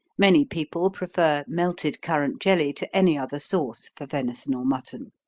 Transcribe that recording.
many people prefer melted currant jelly to any other sauce for venison or mutton.